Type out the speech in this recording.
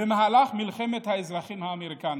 במהלך מלחמת האזרחים האמריקנית.